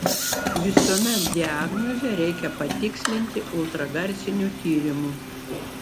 visuomet diagnozę reikia patikslinti ultragarsiniu tyrimu